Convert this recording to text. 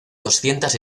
doscientas